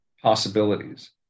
possibilities